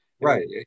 Right